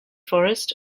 forest